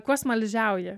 kuo smaližiauji